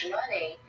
money